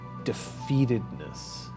defeatedness